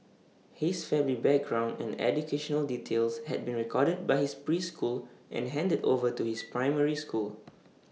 his family background and educational details had been recorded by his preschool and handed over to his primary school